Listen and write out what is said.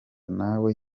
nawe